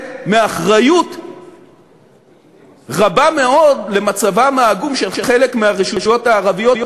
מאחריות רבה מאוד למצבן העגום של חלק מהרשויות הערביות,